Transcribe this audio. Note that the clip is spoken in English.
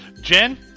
Jen